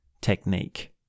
technique